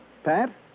Pat